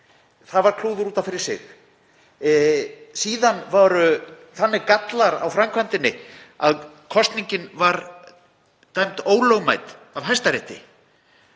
Það var klúður út af fyrir sig. Síðan voru þannig gallar á framkvæmdinni að kosningin var dæmd ólögmæt af Hæstarétti.